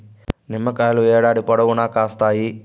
నిమ్మకాయలు ఏడాది పొడవునా కాస్తాయి